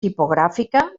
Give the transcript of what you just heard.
tipogràfica